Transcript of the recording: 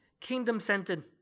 kingdom-centered